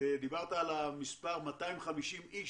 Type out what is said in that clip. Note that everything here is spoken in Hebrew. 400 קילומטר של